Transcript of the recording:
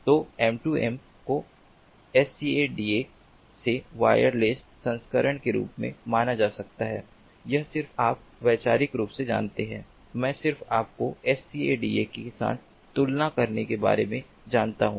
तो M2M को SCADA के वायरलेस संस्करण के रूप में माना जा सकता है यह सिर्फ आप वैचारिक रूप से जानते हैं मैं सिर्फ आपको SCADA के साथ तुलना करने के बारे में जानता हूं